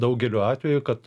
daugeliu atvejų kad